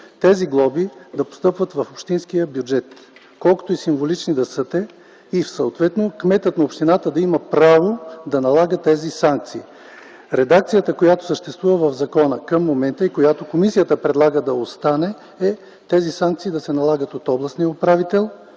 членове, да постъпват в общинския бюджет колкото и символични да са те. Кметът на общината да има право съответно да налага тези санкции. Редакцията, която съществува в закона към момента, и която комисията предлага да остане, е тези санкции да се налагат от областния управител.